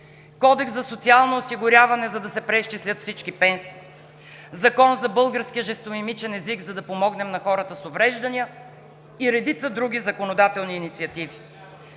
Кодекс за социално осигуряване, за да се преизчислят всички пенсии; Закон за българския жестомимичен език, за да помогнем на хората с увреждания; и редица други законодателни инициативи.